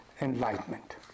enlightenment